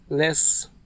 less